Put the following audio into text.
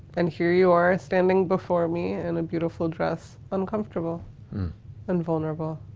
and here you are standing before me in a beautiful dress, uncomfortable and vulnerable.